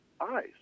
eyes